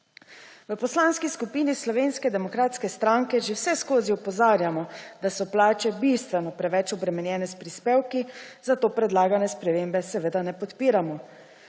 V Poslanski skupini SDS že vseskozi opozarjamo, da so plače bistveno preveč obremenjene s prispevki, zato predlagane spremembe seveda ne podpiramo.